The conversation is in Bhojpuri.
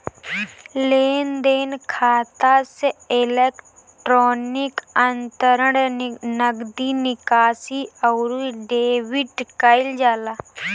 लेनदेन खाता से इलेक्ट्रोनिक अंतरण, नगदी निकासी, अउरी डेबिट कईल जाला